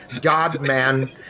Godman